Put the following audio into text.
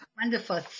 wonderful